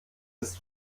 ist